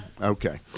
Okay